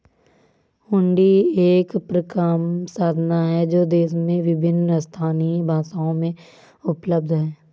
हुंडी एक परक्राम्य साधन है जो देश में विभिन्न स्थानीय भाषाओं में उपलब्ध हैं